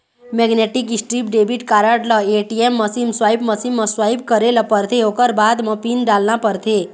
magnetic strip debit card ल ATM machine, swipe machine म swipe करे ल परथे ओखर बाद म पिन डालना परथे